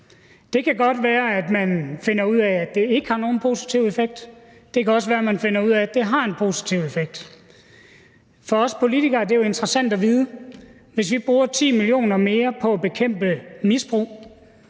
Det kan godt være, at man finder ud af, at det ikke har nogen positiv effekt. Det kan også være, man finder ud af, at det har en positiv effekt. For os politikere er det jo interessant at vide: Hvis vi bruger 10 mio. kr. mere på at bekæmpe misbrug,